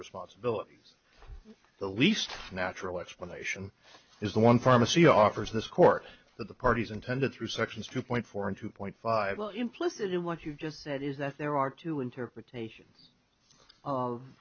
responsibilities the least natural explanation is the one pharmacy offers this court that the parties intended through sections two point four and two point five zero implicit in what you just said is that there are two interpretations of